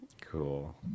Cool